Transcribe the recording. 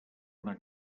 una